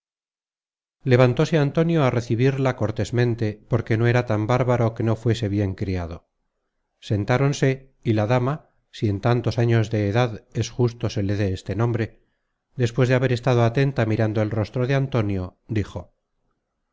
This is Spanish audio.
levantóse antonio á recebirla cortésmente porque no era tan bárbaro que no fuese bien criado sentáronse y la dama si en tantos años de edad es justo se le dé este nombre despues de haber estado atenta mirando el rostro de antonio dijo